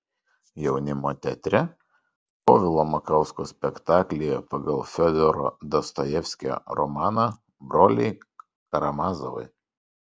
jaunimo teatre povilo makausko spektaklyje pagal fiodoro dostojevskio romaną broliai karamazovai